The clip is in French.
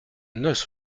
noces